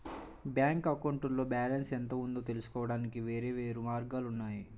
bank అకౌంట్లో balance ఎంత ఉందో తెలుసుకోవడానికి వేర్వేరు మార్గాలు ఉన్నాయి